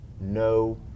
no